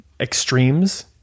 extremes